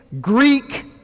Greek